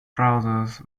trousers